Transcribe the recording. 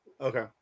Okay